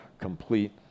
complete